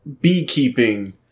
beekeeping